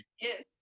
Yes